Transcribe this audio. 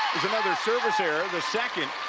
service error. the second